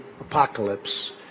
apocalypse